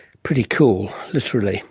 pretty cool, literally